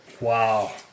Wow